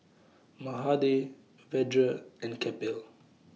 Mahade Vedre and Kapil